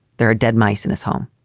there are dead mice in his home.